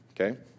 okay